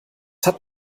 hat